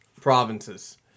provinces